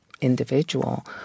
individual